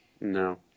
No